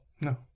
No